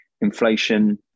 inflation